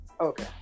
Okay